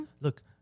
look